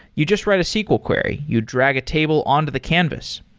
you just write a sql query. you drag a table on to the canvas.